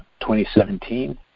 2017